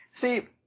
See